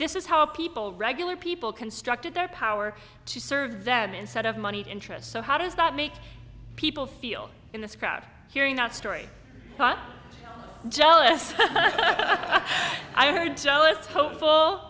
this is how people regular people constructed their power to serve them instead of money interests so how does that make people feel in this crowd hearing that story thought jealous i heard so it's